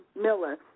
Miller